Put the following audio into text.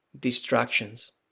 distractions